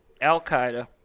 Al-Qaeda